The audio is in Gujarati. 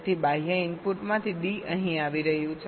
તેથી બાહ્ય ઇનપુટમાંથી D અહીં આવી રહ્યું છે